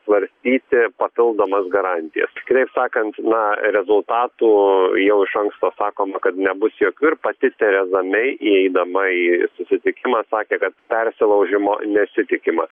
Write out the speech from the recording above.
svarstyti papildomas garantijas kitaip sakant na rezultatų jau iš anksto sakoma kad nebus jokių ir pati tereza mei įeidama į susitikimą sakė kad persilaužimo nesitikima